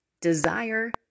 desire